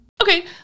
Okay